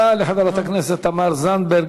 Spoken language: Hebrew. תודה לחברת הכנסת תמר זנדברג.